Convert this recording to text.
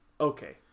okay